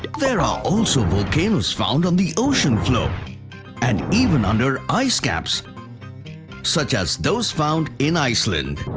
there are also volcanoes found on the ocean floor and even under icecaps such as those found in iceland.